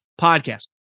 podcast